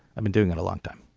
i've been doing it a long time.